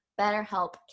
BetterHelp